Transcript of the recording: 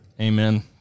Amen